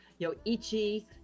Yoichi